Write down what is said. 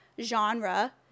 genre